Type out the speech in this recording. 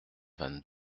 vingt